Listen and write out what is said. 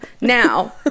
Now